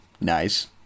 Nice